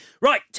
Right